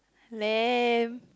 lame